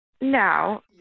No